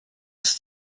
ist